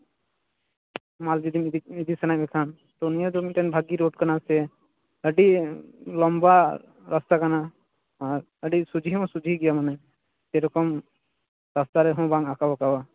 ᱢᱟᱞ ᱡᱩᱫᱤ ᱤᱫᱤ ᱥᱟᱱᱟᱭᱮᱫ ᱢᱮᱠᱷᱟᱱ ᱱᱤᱭᱟᱹ ᱫᱚ ᱢᱤᱫᱴᱮᱱ ᱵᱷᱟᱜᱮ ᱨᱳᱰ ᱠᱟᱱᱟ ᱥᱮ ᱟᱹᱰᱤ ᱞᱚᱢᱵᱟ ᱨᱟᱥᱛᱟ ᱠᱟᱱᱟ ᱟᱨ ᱟᱹᱰᱤ ᱥᱚᱡᱷᱮ ᱦᱚᱸ ᱡᱚᱡᱷᱮ ᱜᱮᱭᱟ ᱥᱮᱨᱚᱠᱚᱢ ᱚᱠᱟᱨᱮᱦᱚᱸ ᱵᱟᱝ ᱟᱸᱠᱟᱵᱟᱠᱟᱣᱟ